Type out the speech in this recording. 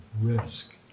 risk